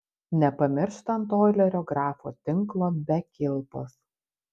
nepamirštant oilerio grafo tinklo be kilpos